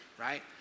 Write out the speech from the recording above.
right